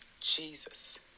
Jesus